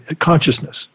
consciousness